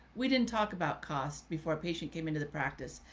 we didn't talk about cost before a patient came into the practice.